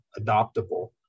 adoptable